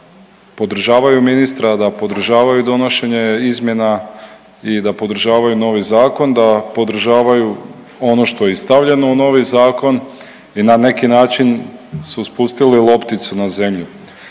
da podržavaju ministra, da podržavaju donošenje izmjena i da podržavaju novi zakon, da podržavaju ono što je i stavljeno u novi zakon i na neki način su spustili lopticu na zemlju.